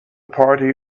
party